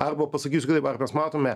arba pasakysiu kitaip ar mes matome